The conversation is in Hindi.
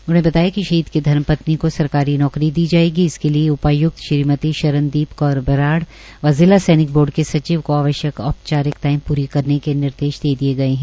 उन्होंने बताया कि शहीद की धर्मपत्नी को सरकारी नौकरी दी जायेगी इसके लिए उपाय्क्त श्रीमति शरणदीप कौर बराड़ व जिला सैनिक बोर्ड के सचिव को आवश्क्ता और औपचारिकताएं पूरी करने के निर्देश दे दिए गए है